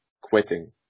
quitting